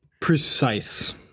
Precise